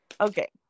Okay